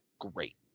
great